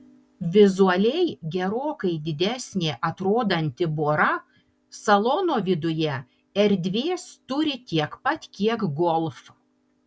vizualiai gerokai didesnė atrodanti bora salono viduje erdvės turi tiek pat kiek golf